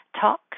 Talk